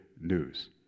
news